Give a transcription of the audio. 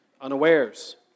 unawares